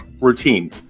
routine